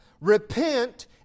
repent